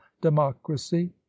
democracy